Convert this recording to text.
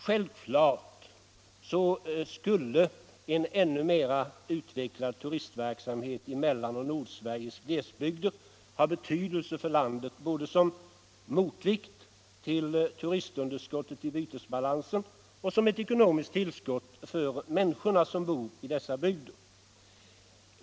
Självfallet skulle en ännu mera utvecklad turistverksamhet i Mellanoch Nordsveriges glesbygder har betydelse för landet, både som motvikt till turistunderskottet i bytesbalansen och som ett ekonomiskt tillskott för de människor som bor i dessa bygder.